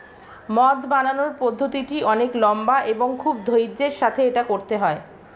মদ বানানোর পদ্ধতিটি অনেক লম্বা এবং খুব ধৈর্য্যের সাথে এটা করতে হয়